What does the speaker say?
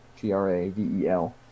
G-R-A-V-E-L